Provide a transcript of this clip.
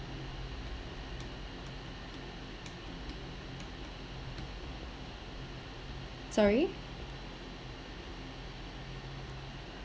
sorry